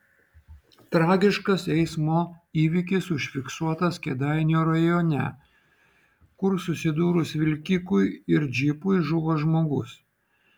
tragiškas eismo įvykis užfiksuotas kėdainių rajone kur susidūrus vilkikui ir džipui žuvo žmogus